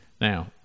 Now